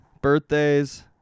birthdays